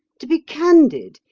to be candid,